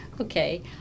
Okay